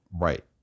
Right